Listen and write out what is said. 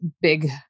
big